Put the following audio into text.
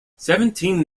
seventeen